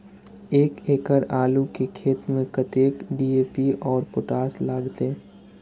एक एकड़ आलू के खेत में कतेक डी.ए.पी और पोटाश लागते?